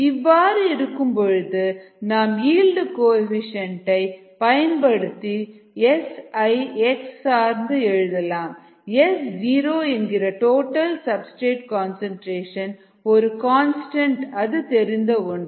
இவ்வாறு இருக்கும் பொழுது நாம் ஈல்டு கோஎஃபீஷியேன்ட் ஐ பயன்படுத்தி S ஐ x சார்ந்து எழுதலாம் S0 என்கிற டோட்டல் சப்ஸ்டிரேட் கன்சன்ட்ரேஷன் ஒரு கன்ஸ்டன்ட் அது தெரிந்த ஒன்று